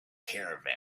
caravan